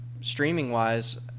Streaming-wise